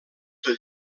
del